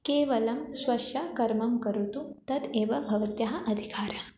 केवलं स्वस्य कर्मं करोतु तत् एव भवतः अधिकारः